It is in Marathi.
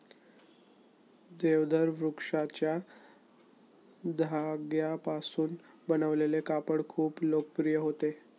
देवदार वृक्षाच्या धाग्यांपासून बनवलेले कापड खूप लोकप्रिय होते